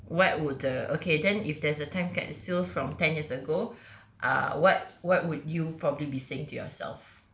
what would the okay then if there's a time capsule from ten years ago ah what what would you probably be saying to yourself